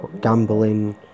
gambling